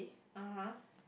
(uh huh)